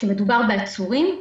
כשמדובר בעצורים,